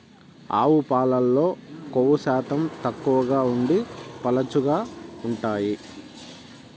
ఆవు పాలల్లో కొవ్వు శాతం తక్కువగా ఉండి పలుచగా ఉంటాయి